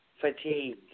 Fatigue